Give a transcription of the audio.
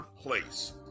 place